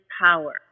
power